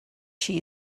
she